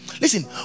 listen